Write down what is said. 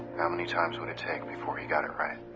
ihow many times would it take before he got it right?